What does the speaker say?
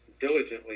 diligently